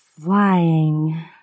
flying